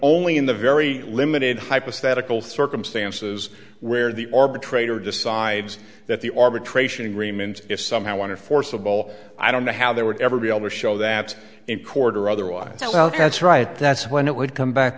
only in the very limited hypothetical circumstances where the arbitrator decides that the arbitration agreement is somehow under forcible i don't know how they would ever be able to show that in court or otherwise as right that's when it would come back